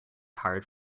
hired